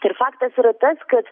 ir faktas yra tas kad